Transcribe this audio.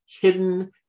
hidden